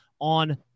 on